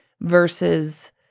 versus